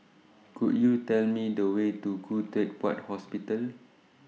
Could YOU Tell Me The Way to Khoo Teck Puat Hospital